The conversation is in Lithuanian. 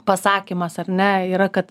pasakymas ar ne yra kad